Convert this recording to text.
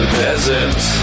peasants